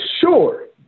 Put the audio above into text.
sure